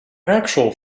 actual